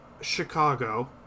Chicago